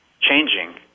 changing